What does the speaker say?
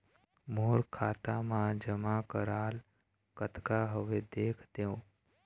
मोर खाता मा जमा कराल कतना हवे देख देव?